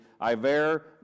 Iver